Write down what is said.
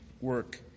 work